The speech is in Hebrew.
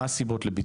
מה הסיבות לביטולו?